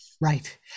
Right